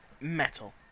metal